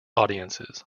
audiences